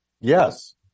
Yes